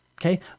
okay